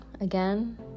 again